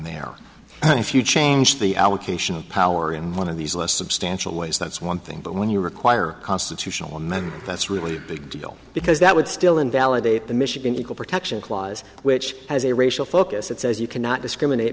and if you change the allocation of power in one of these less substantial ways that's one thing but when you require a constitutional amendment that's really big deal because that would still invalidate the michigan equal protection clause which has a racial focus that says you cannot discriminate